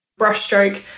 brushstroke